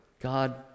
God